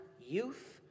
youth